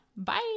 Bye